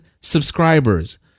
subscribers